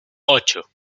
ocho